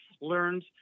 learned